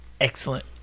excellent